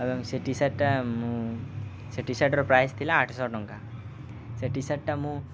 ଏବଂ ସେ ଟି ସାର୍ଟଟା ମୁଁ ସେ ଟି ସାର୍ଟର ପ୍ରାଇସ୍ ଥିଲା ଆଠଶହ ଟଙ୍କା ସେ ଟି ସାର୍ଟଟା ମୁଁ